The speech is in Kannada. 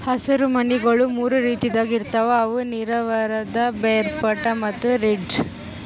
ಹಸಿರು ಮನಿಗೊಳ್ ಮೂರು ರೀತಿದಾಗ್ ಇರ್ತಾವ್ ಅವು ನೇರವಾದ, ಬೇರ್ಪಟ್ಟ ಮತ್ತ ರಿಡ್ಜ್